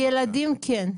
על ילדים כן.